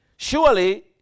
Surely